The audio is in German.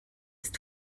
ist